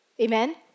Amen